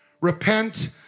Repent